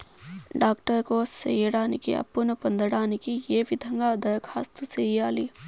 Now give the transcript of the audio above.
Doctor course సేయడానికి అప్పును పొందడానికి ఏ విధంగా దరఖాస్తు సేయాలి?